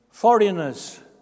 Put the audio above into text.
Foreigners